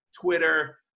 twitter